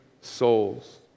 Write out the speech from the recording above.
souls